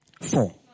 four